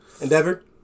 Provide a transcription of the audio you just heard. Endeavor